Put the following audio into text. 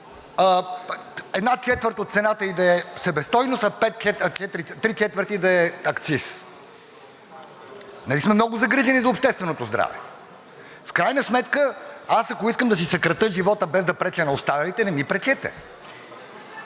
една четвърт от цената ѝ да е себестойност, три четвърти да е акциз? Нали сме много загрижени за общественото здраве? В крайна сметка, аз, ако искам да си съкратя живота, без да преча на останалите, не ми пречете,